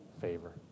favor